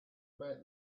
about